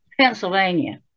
Pennsylvania